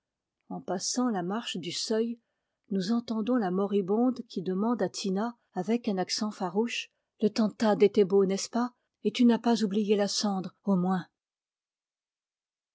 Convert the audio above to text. en passant la marche du seuil nous entendons la moribonde qui demande à tina avec un accent farouche le tantad était beau n'est-ce pas et tu n'as pas oublié la cendre au moins